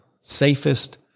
safest